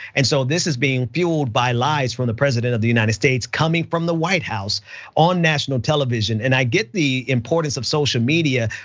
and so this is being fueled by lies from the president of the united states coming from the white house on national television and i get the importance of social media.